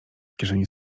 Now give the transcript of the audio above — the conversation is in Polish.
kieszeni